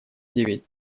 девять